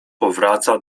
powraca